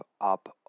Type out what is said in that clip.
up